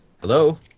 hello